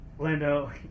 Lando